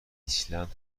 ایسلند